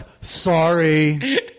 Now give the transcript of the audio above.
Sorry